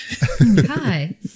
Hi